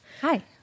Hi